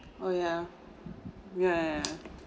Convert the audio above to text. oh yeah yeah yeah yeah